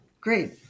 great